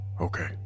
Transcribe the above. Okay